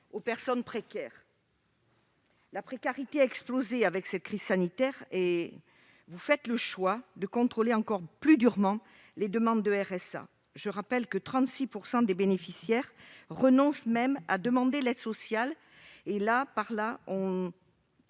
aux personnes précaires. La précarité a explosé avec la crise sanitaire et vous faites le choix de contrôler encore plus durement les demandes de RSA ! Je rappelle que 36 % des personnes y ayant droit renoncent même à demander cette aide sociale. Par cet